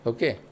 Okay